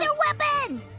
ah weapon!